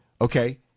Okay